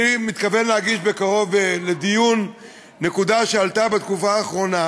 אני מתכוון להגיש בקרוב לדיון נקודה שעלתה בתקופה האחרונה,